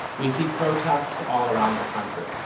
we see protests all around the country.